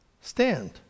stand